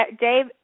dave